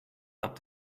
habt